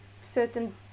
certain